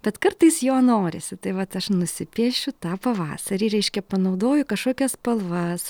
tad kartais jo norisi tai vat aš nusipiešiu tą pavasarį reiškia panaudoju kažkokias spalvas